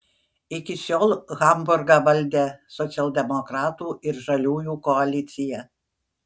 iki šiol hamburgą valdė socialdemokratų ir žaliųjų koalicija